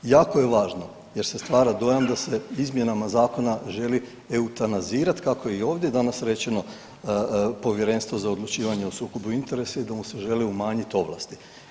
Jako je važno jer se stvara dojam da se izmjenama zakona želi eutanazirat kako je ovdje danas rečeno Povjerenstvo za odlučivanje o sukobu interesa i da mu se žele umanjiti ovlasti.